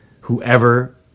whoever